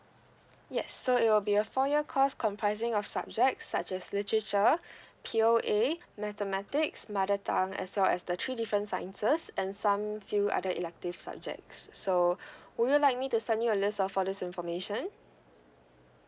yes so it will be a four year course comprising of subjects such as literature P_O_A mathematics mother tongue as well as the three different sciences and some few other elective subjects so would you like me to send you a list of all these information